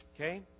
Okay